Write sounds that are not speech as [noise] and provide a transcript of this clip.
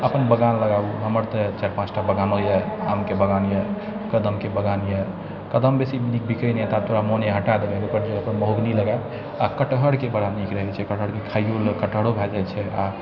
अपन बगान लगाबू हमर तऽ चारि पाँचटा बगानो यऽ आमके बगान यऽ कदमके बगान यऽ कदम बेसी बिकै नहि [unintelligible] महोगनी लगायब आओर कटहरके बड़ा नीक रहै छै कटहरके खाइयो लऽ कटहरो भए जाइ छै आओर